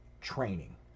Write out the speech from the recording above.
training